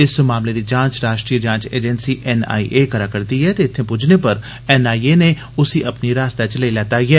इस मामले दी जांच राश्ट्रीय एजेंसी एनआईए करै करदी ऐ ते इत्थें पुज्जने पर एनआईए नै उसी अपनी हिरासतै च लेई लैता ऐ